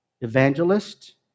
evangelist